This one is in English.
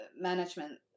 management